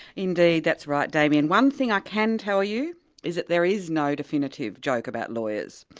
indeed, that's right damien. one thing i can tell you is that there is no definitive joke about lawyers.